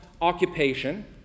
occupation